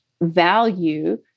value